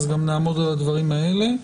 אז גם נעמוד על הדברים האלה.